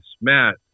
Matt